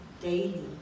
daily